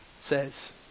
says